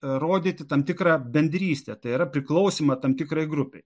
rodyti tam tikrą bendrystę tai yra priklausymą tam tikrai grupei